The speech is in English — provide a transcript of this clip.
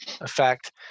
effect